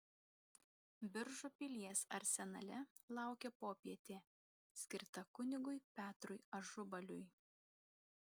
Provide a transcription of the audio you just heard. biržų pilies arsenale laukė popietė skirta kunigui petrui ažubaliui